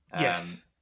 yes